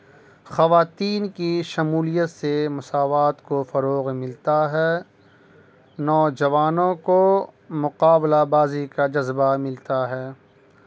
خواتین کی شمولیت سے مساوات کو فروغ ملتا ہے نوجوانوں کو مقابلہ بازی کا جذبہ ملتا ہے